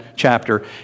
chapter